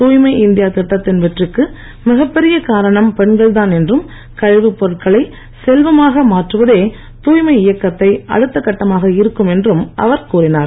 தூய்மை இந்தியா திட்டத்தின் வெற்றிக்கு மிகப்பெரிய காரணம் பெண்கள் தான் என்றும் கழிவுப் பொருட்களை செல்வமாக மாற்றுவதே தூய்மை இயக்கத்தை அடுத்த கட்டமாக இருக்கும் என்றும் பிரதமர் கூறினார்